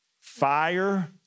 Fire